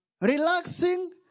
Relaxing